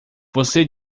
você